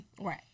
Right